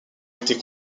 été